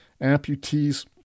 Amputees